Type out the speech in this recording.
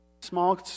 small